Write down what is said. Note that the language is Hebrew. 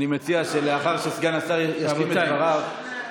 אני מציע שלאחר שסגן השר ישלים את דבריו,